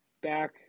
back